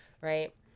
right